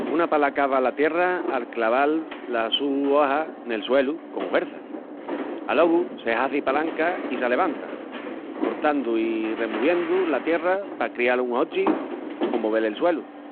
Una pala cava la tierra al claval la su oja nel suelu con huerça, alogu se hazi palanca i s'alevanta, cortandu i removiendu la tierra pa crial un hochi o movel el suelu.